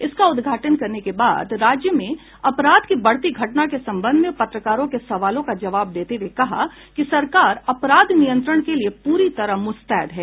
इसका उद्घाटन करने के बाद राज्य में अपराध की बढ़ती घटना के संबंध में पत्रकारों के सवालों का जवाब देते हुए कहा कि सरकार अपराध नियंत्रण के लिए पूरी तरह मुस्तैद है